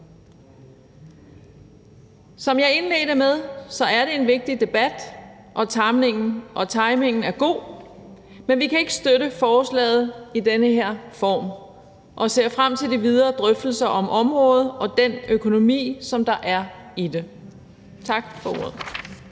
Som jeg indledte med at sige, er det en vigtig debat, og timingen er god, men vi kan ikke støtte forslaget i den her form og ser frem til de videre drøftelser af området og af den økonomi, som der er i det. Tak for ordet.